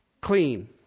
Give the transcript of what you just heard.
Clean